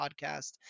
podcast